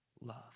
love